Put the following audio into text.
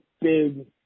big